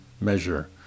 measure